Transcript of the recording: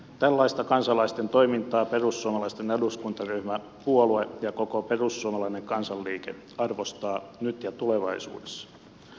tällaista kansalaisten toimintaa perussuomalaisten eduskuntaryhmä puolue ja koko perussuomalainen kansanliike arvostaa nyt ja tulevaisuudessa